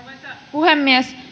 puhemies